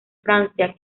francia